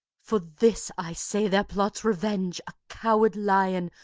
for this, i say there plots revenge a coward lion,